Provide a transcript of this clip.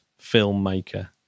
filmmaker